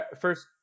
first